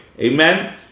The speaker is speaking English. Amen